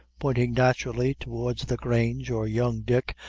pointing naturally towards the grange, or young dick,